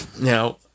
Now